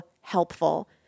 helpful